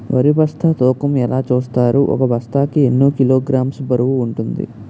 వరి బస్తా తూకం ఎలా చూస్తారు? ఒక బస్తా కి ఎన్ని కిలోగ్రామ్స్ బరువు వుంటుంది?